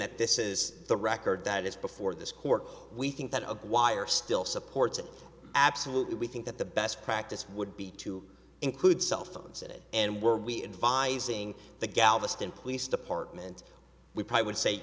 that this is the record that is before this court we think that of wire still supports it absolutely we think that the best practice would be to include cell phones it and were we advising the galveston police department we probably would say